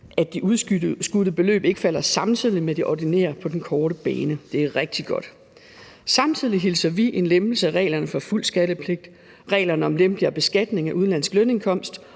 at de udskudte beløb ikke falder samtidig med de ordinære på den korte bane. Det er rigtig godt. Samtidig hilser vi en lempelse af reglerne for fuld skattepligt, reglerne om lempeligere beskatning af udenlandsk lønindkomst